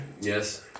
Yes